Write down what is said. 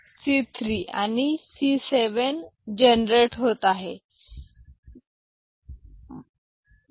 हा या दोन्हींमधील फरक आहे जर येथे यापुढे अजून एक ब्लॉक असेल ज्याला इनपुट c3 आणि C 7 जनरेट होत आहे